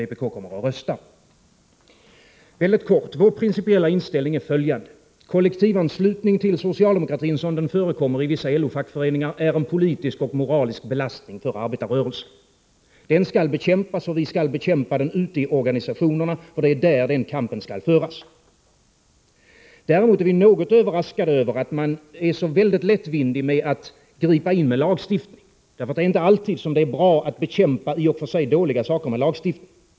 Mycket kort uttryckt är vår principiella inställning följande. Kollektivanslutning till socialdemokratin, som denna anslutning förekommer i vissa LO-fackföreningar, är en politisk och moralisk belastning för arbetarrörelsen. Den skall bekämpas, och vi skall bekämpa den ute i organisationerna. Det är där kampen skall föras. Däremot är vi något överraskade över att man så lättvindigt vill gripa in med lagstiftning, för det är inte alltid bra att bekämpa i och för sig dåliga saker genom lagstiftning.